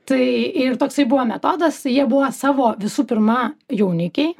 tai ir toksai buvo metodas jie buvo savo visų pirma jaunikiai